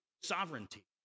sovereignty